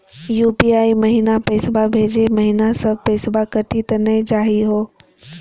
UPI महिना पैसवा भेजै महिना सब पैसवा कटी त नै जाही हो?